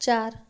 चार